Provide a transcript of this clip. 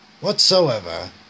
whatsoever